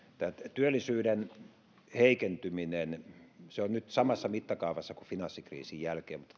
työllisyyden heikentyminen on nyt samassa mittakaavassa kuin finanssikriisin jälkeen